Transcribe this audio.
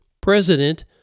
president